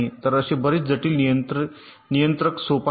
तर असे बरेच जटिल नियंत्रक सोपा नाही